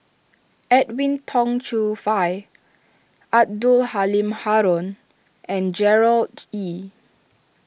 Edwin Tong Chun Fai Abdul Halim Haron and Gerard Ee